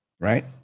right